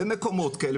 במקומות כאלה,